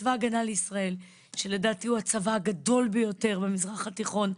צבא הגנה לישראל שלדעתי הוא הצבא הגדול ביותר במזרח התיכון,